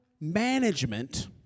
management